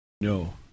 No